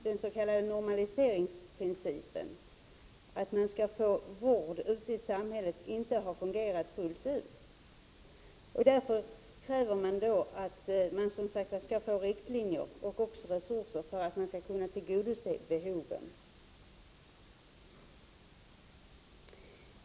Den s.k. normaliseringsprincipen, att man skall få vård ute i samhället, har inte fungerat fullt ut. Därför har man inom kriminalvården begärt att få klara riktlinjer och även resurser så att man kan tillgodose behoven.